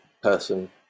person